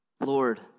Lord